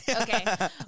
Okay